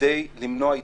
כדי למנוע התפשטות.